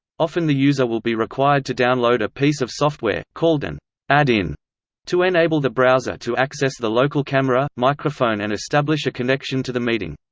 often the user will be required to download a piece of software, called an add in to enable the browser to access the local camera, microphone and establish a connection to the meeting.